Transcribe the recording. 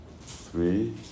three